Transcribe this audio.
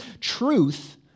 truth